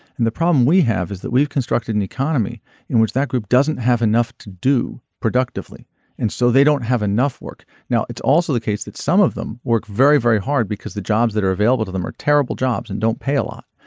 and the problem we have is that we've constructed an economy in which that group doesn't have enough to do productively and so they don't have enough work. now it's also the case that some of them work very very hard because the jobs that are available to them are terrible jobs and don't pay a lot.